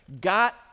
got